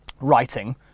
writing